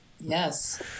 Yes